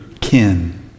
kin